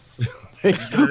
Thanks